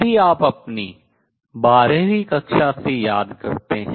यदि आप अपनी 12वीं कक्षा से याद करते हैं